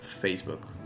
Facebook